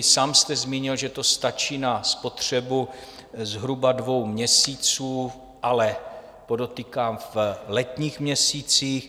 Sám jste zmínil, že to stačí na spotřebu zhruba dvou měsíců, ale podotýkám, v letních měsících.